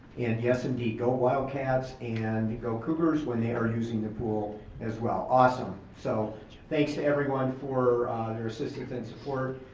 and yes indeed, go wildcats, and go cougars when they are using the pool as well, awesome. so thanks to everyone for their assistance and support.